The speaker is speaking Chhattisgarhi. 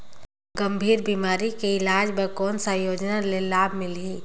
गंभीर बीमारी के इलाज बर कौन सा योजना ले लाभ मिलही?